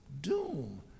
doom